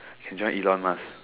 can join Elon-Musk